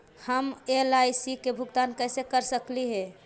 हम एल.आई.सी के भुगतान कैसे कर सकली हे?